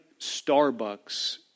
Starbucks